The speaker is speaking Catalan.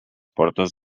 portes